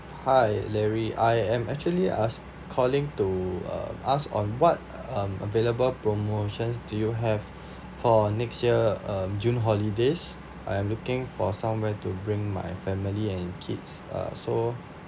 hi larry I am actually us calling to uh ask on what um available promotions do you have for next year um june holidays I am looking for somewhere to bring my family and kids uh so